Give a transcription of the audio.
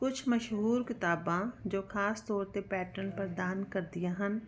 ਕੁਛ ਮਸ਼ਹੂਰ ਕਿਤਾਬਾਂ ਜੋ ਖਾਸ ਤੌਰ 'ਤੇ ਪੈਟਰਨ ਪ੍ਰਦਾਨ ਕਰਦੀਆਂ ਹਨ